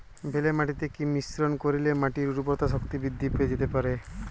বেলে মাটিতে কি মিশ্রণ করিলে মাটির উর্বরতা শক্তি বৃদ্ধি করা যেতে পারে?